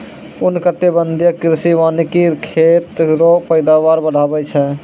उष्णकटिबंधीय कृषि वानिकी खेत रो पैदावार बढ़ाबै छै